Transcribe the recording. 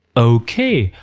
ok,